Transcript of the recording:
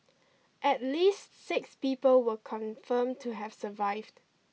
at least six people were confirmed to have survived